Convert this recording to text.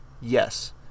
Yes